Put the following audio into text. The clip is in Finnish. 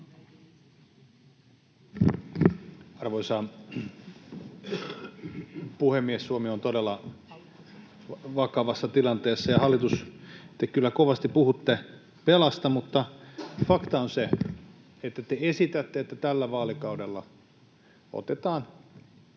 Arvoisa puhemies! Suomi on todella vakavassa tilanteessa, ja, hallitus, te kyllä kovasti puhutte velasta, mutta fakta on se, että te esitätte, että tällä vaalikaudella otetaan